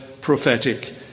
prophetic